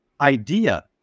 idea